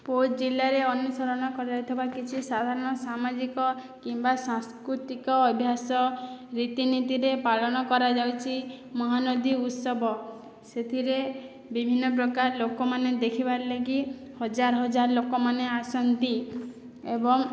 ବୌଦ୍ଧ୍ ଜିଲ୍ଲାରେ ଅନୁସରଣ କରାଯାଉଥିବା କିଛି ସାଧାରଣ ସାମାଜିକ କିମ୍ବା ସାଂସ୍କୃତିକ ଅଭ୍ୟାସ ରୀତିନୀତିରେ ପାଳନ କରାଯାଉଚି ମହାନଦୀ ଉତ୍ସବ ସେଥିରେ ବିଭିନ୍ନପ୍ରକାର୍ ଲୋକମାନେ ଦେଖିବାର୍ ଲାଗି ହଜାର୍ ହଜାର୍ ଲୋକମାନେ ଆସନ୍ତି ଏବଂ